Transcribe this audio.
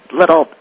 little